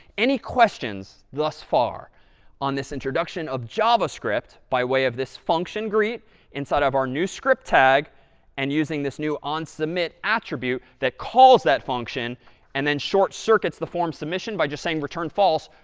any questions thus far on this introduction of javascript by way of this function greet inside of our new script tag and using this new onsubmit attribute that calls that function and then short-circuits the form submission by just saying return false,